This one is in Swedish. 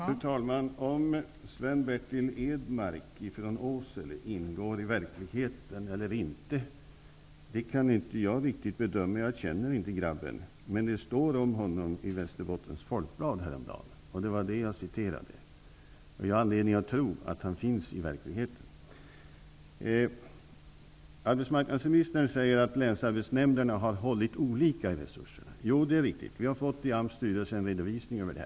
Fru talman! Om Sven-Bertil Edmark från Åsele ingår i verkligheten eller inte kan inte jag bedöma. Jag känner inte grabben. Men det stod om honom i Västerbottens Folkblad häromdagen. Det var den tidningen jag refererade. Jag har anledning att tro att han finns i verkligheten. Arbetsmarknadsministern säger att länsarbetsnämnderna har hållit i resurserna på olika sätt. Det är riktigt. Vi har i Arbetsmarknadsverkets styrelse fått en redovisning av det.